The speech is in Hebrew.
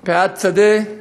פאת-שדה,